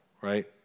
right